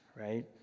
right